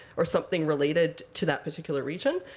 or something related to that particular region.